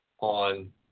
on